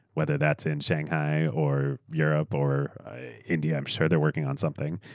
whether that's in shanghai, or europe, or india, i'm sure they're working on something,